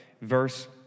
verse